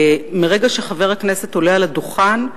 מרגע שחבר הכנסת עולה על הדוכן,